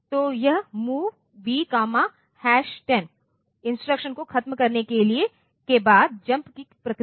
तो इस mov b10 instruction को खत्म करने के बाद जंप की प्रक्रिया